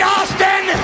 Austin